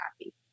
happy